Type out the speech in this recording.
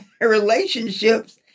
relationships